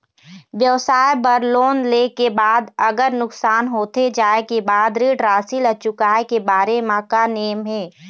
व्यवसाय बर लोन ले के बाद अगर नुकसान होथे जाय के बाद ऋण राशि ला चुकाए के बारे म का नेम हे?